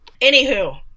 Anywho